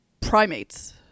primates